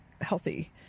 healthy